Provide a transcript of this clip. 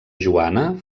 joana